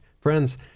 Friends